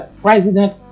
president